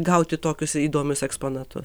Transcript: gauti tokius įdomius eksponatus